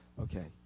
Okay